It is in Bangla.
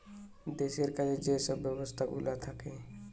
দেশের কাজে যে সব ব্যবস্থাগুলা থাকে